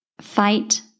fight